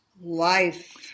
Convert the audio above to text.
life